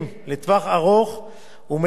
ומתקנת בעיות מסוימות,